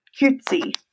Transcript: cutesy